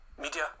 Media